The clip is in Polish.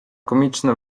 komiczne